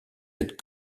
êtes